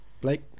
Blake